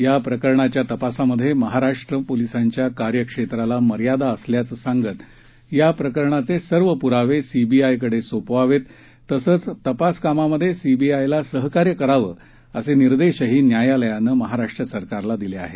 या प्रकरणाच्या तपासात महाराष्ट्र पोलिसांच्या कार्यक्षेत्राला मर्यादा असल्याचं सांगत या प्रकरणाचे सर्व पुरावे सीबीआयकडे सोपवावेत तसंच तपास कार्यात सीबीआयला सहकार्य करावं असे निर्देशही न्यायालयानं महाराष्ट्र सरकारला दिले आहेत